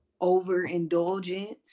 overindulgence